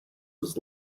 was